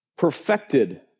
perfected